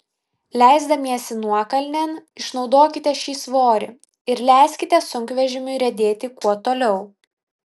leisdamiesi nuokalnėn išnaudokite šį svorį ir leiskite sunkvežimiui riedėti kuo toliau